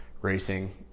racing